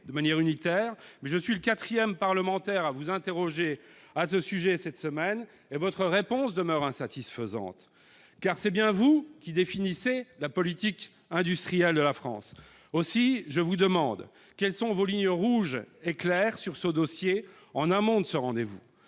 de manière unitaire, mais je suis le quatrième parlementaire à vous interroger sur le sujet cette semaine, et votre réponse demeure insatisfaisante. Car c'est bien vous qui définissez la politique industrielle de la France. Je vous demande donc quelles sont vos lignes rouges et claires sur ce dossier, en amont de ce rendez-vous.